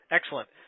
Excellent